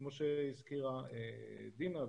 כמו שהזכירה דינה,